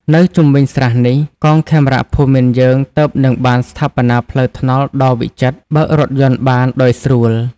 នៅជុំវិញស្រះនេះ កងខេមរភូមិន្ទយើងទើបនឹងបានស្ថាបនាផ្លូវថ្នល់ដ៏វិចិត្រ បើករថយន្តបានដោយស្រួល។